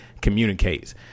communicates